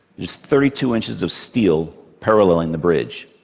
is thirty two inches of steel paralleling the bridge.